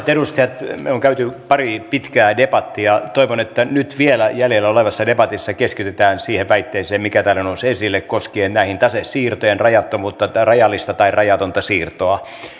me olemme käyneet pari pitkää debattia ja toivon että nyt vielä jäljellä olevassa debatissa keskitytään siihen väitteeseen mikä täällä nousi esille koskien näiden tasesiirtojen rajattomuutta tai rajallista tai rajatonta siirtoa